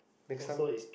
next time